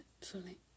fully